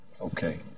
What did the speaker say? Okay